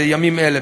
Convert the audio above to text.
בימים אלה,